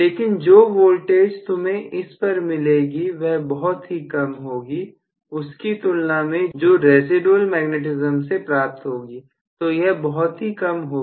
लेकिन जो वोल्टेज तुम्हें इस पर मिलेगी वह बहुत ही कम होगी उसकी तुलना में जो रेसीडुएल मैग्नेटिज्म से प्राप्त होगी तो यह बहुत ही कम होगी